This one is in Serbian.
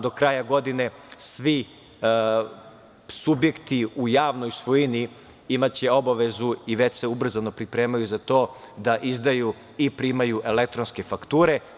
Do kraja godine svi subjekti u javnoj svojini imaće obavezu i već se ubrzano pripremaju za to, da izdaju i primaju elektronske fakture.